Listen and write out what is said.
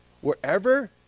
Wherever